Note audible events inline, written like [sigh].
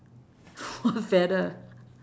[laughs] what feather